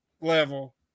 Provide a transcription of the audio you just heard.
level